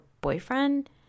boyfriend